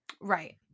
Right